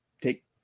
take